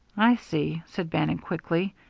i see, said bannon, quickly.